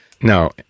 no